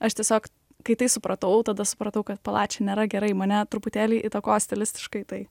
aš tiesiog kai tai supratau tada supratau kad pala čia nėra gerai mane truputėlį įtakos stilistiškai tai